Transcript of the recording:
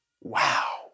Wow